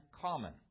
common